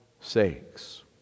sakes